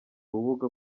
rubuga